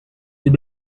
they